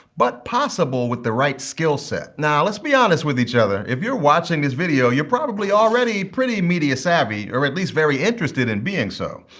but possible with the right skill set. now, let's be honest with each other. if you're watching this video, you're probably already pretty media savvy, or at least very interested in being so.